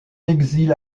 exil